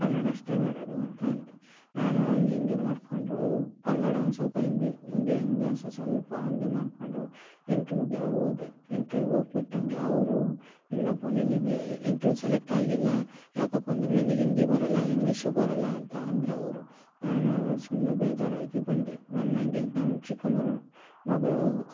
ಕನ್ನಡ ಅಷ್ಟೇ ಬರೋದು ಅಂತ ಅಂದೆ ನಾನು ಹಂಗೆ ಹಿಂಗೆ ಮಾಡ್ಕೊಂಡು ಕನ್ನಡ ಒಂದು ಸ್ವಲ್ಪ ಇಂಗ್ಲ್ ಹಿಂದಿ ಹೀಗೆ ಸಸ್ವಲ್ಪ ಹಾಗೆ ಮಾಡ್ಕೊಂಡು ಇಂಟ್ರೀವ್ಗೆ ಹೋದೆ ಇಂಟ್ರೀವ್ಗೆ ಹೋಗಿಬಿಟ್ಟಂಗೆ ಅವರು ಇಲ್ಲಪ್ಪ ನಿನಗೆ ಇಂಟ್ರೀವ್ ಸೆಲೆಕ್ಟ್ ಆಗಿಲ್ಲ ಯಾಕಪ್ಪಂದರೆ ನಿನಗ್ ಹಿಂದಿ ಬರೋಲ್ಲ ಇಂಗ್ಲೀಷು ಬರೋಲ್ಲ ಅಂತ ಅಂದ್ರು ಅವರು ನಾನು ಸುಮ್ಮನೆ ಬೇಜಾರಾಗಿ ಬಂದೆ ನನ್ನ ಹಂಗೆ ನಮ್ಮ ಚಿಕ್ಕಮ್ಮರ ಮಗಳು